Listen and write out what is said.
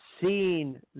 seen